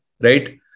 right